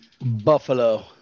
Buffalo